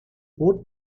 bot